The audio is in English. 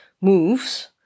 moves